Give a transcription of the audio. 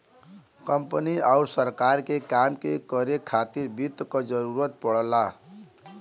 company आउर सरकार के काम के करे खातिर वित्त क जरूरत पड़ला